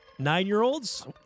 Nine-year-olds